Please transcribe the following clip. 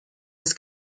was